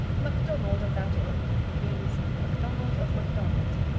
macdonald of that ilk means, macdonald of macdonald.